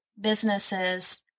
businesses